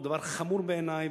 והוא דבר חמור בעיני,